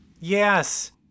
yes